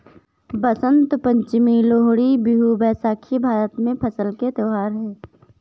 बसंत पंचमी, लोहड़ी, बिहू, बैसाखी भारत में फसल के त्योहार हैं